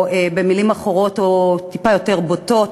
ובמילים אחרות, או טיפה יותר בוטות,